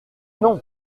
non